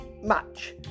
match